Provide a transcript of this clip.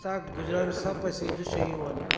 असां गुजरात में सब प्रसिद्ध शयूं आहिनि